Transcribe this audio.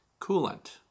coolant